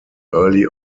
early